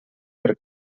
per